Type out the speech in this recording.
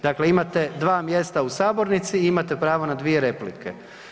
Dakle, imate 2 mjesta u sabornici i imate pravo na 2 replike.